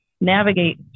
navigate